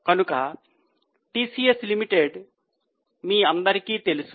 కనుక TCS limited మీ అందరికీ తెలుసు